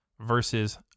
versus